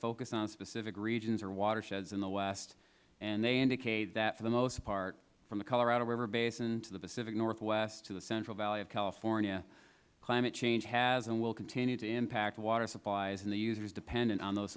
focus on specific regions or watersheds in the west and they indicate that for the most part from the colorado river basin to the pacific northwest to the central valley of california climate change has and will continue to impact water supplies and the users dependent on those